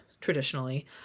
traditionally